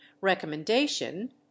recommendation